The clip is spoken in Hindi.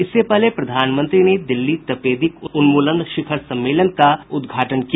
इससे पहले प्रधानमंत्री ने दिल्ली तपेदिक उन्मूलन शिखर सम्मेलन का उद्घाटन किया